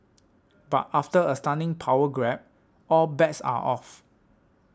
but after a stunning power grab all bets are off